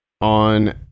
on